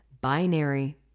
binary